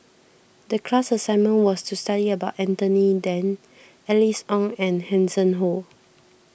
the class assignment was to study about Anthony then Alice Ong and Hanson Ho